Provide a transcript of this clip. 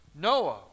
Noah